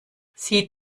sieh